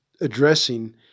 addressing